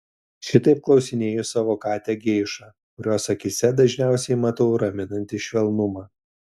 šitaip klausinėju savo katę geišą kurios akyse dažniausiai matau raminantį švelnumą